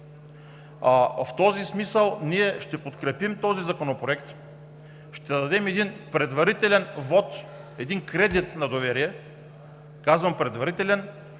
В този смисъл, ние ще подкрепим този законопроект, ще дадем предварителен вот, кредит на доверие. Казвам „предварителен“,